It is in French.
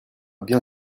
bien